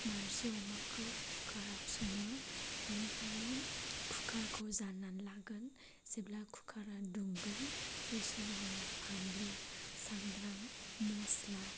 नारजि अमाखौ कुकाराव सङो बेनिखायनो कुकारखौ जाननानै लागोन जेब्ला कुकारा दुंगोन बे समाव आङो फानलु साम्ब्राम मस्ला